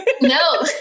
No